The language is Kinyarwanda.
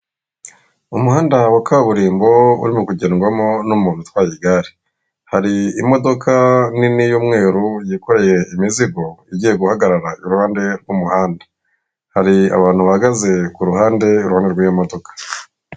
Umuhanda wa kaburimbo urimo kugendwamo n'umuntu utwaye igare, hari imodoka nini y'umweru yikoreye imizigo igiye guhagarara iruhande rw'umuhanda. Hari abantu bahagaze ku ruhande, iruhande rw'iyo modoka.